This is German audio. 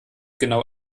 genau